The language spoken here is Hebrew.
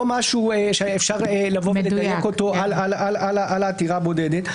לא משהו שאפשר לבוא ולדייק אותו על העתירה הבודדת.